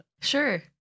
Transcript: sure